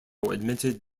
admitted